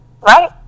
right